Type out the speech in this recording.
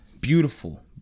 Beautiful